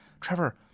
Trevor